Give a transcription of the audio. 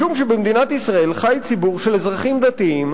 משום שבמדינת ישראל חי ציבור של אזרחים דתיים,